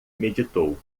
meditou